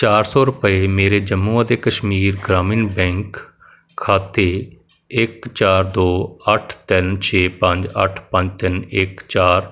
ਚਾਰ ਸੌ ਰੁਪਏ ਮੇਰੇ ਜੰਮੂ ਅਤੇ ਕਸ਼ਮੀਰ ਗ੍ਰਾਮੀਨ ਬੈਂਕ ਖਾਤੇ ਇੱਕ ਚਾਰ ਦੋ ਅੱਠ ਤਿੰਨ ਛੇ ਪੰਜ ਅੱਠ ਪੰਜ ਤਿੰਨ ਇੱਕ ਚਾਰ